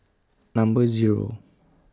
Number Zero